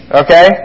okay